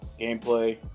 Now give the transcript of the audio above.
gameplay